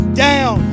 down